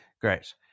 Great